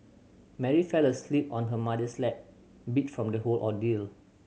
Mary fell asleep on her mother's lap beat from the whole ordeal